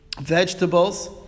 vegetables